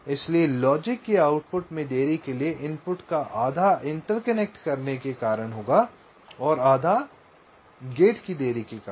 इसलिए लॉजिक के आउटपुट में देरी के लिए इनपुट का आधा इंटरकनेक्ट के कारण होगा और आधा गेट की देरी के कारण